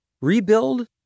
Rebuild